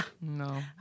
no